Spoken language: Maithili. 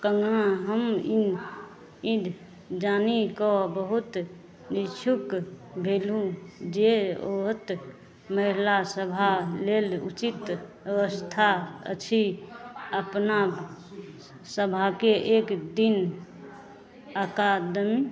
कोना हम इन ई जानिके बहुत इच्छुक भेलहुँ जे ओ तऽ महिला सभा लेल उचित अवस्था अछि अपना सभकेँ एक दिन अकादेमी